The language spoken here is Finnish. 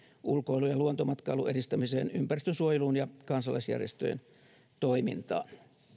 ulkoilun ja luontomatkailun edistämiseen ympäristönsuojeluun ja kansalaisjärjestöjen toimintaan